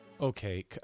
Okay